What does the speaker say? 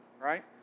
right